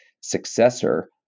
successor